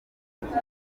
njyiye